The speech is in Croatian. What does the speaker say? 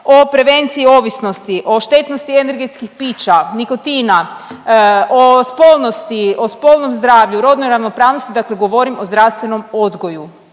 o prevenciji ovisnosti, o štetnosti energetskih pića, nikotina, o spolnosti, o spolnom zdravlju, rodnoj ravnopravnosti, dakle govorim o zdravstvenom odgoju.